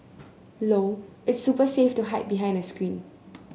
low its super safe to hide behind a screen